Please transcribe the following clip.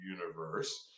universe